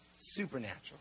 supernatural